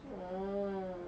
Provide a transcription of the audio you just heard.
orh